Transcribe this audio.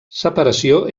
separació